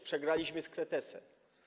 Przegraliśmy z kretesem.